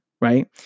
Right